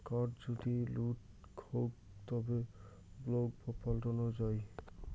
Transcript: card যদি লুট হউক তাকে ব্লক বা পাল্টানো যাই